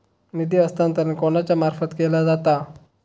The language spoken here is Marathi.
निधी हस्तांतरण कोणाच्या मार्फत केला जाता?